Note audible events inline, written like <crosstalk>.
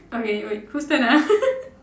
okay wait whose turn ah <laughs>